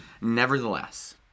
Nevertheless